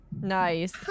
nice